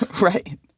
Right